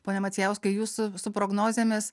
pone macijauskai jūs su prognozėmis